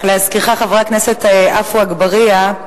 רק להזכירך, חבר הכנסת עפו אגבאריה,